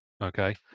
Okay